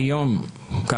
ביום ............